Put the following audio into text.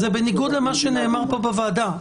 זה בניגוד למה שנאמר פה בוועדה.